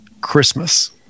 Christmas